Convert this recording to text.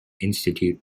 institute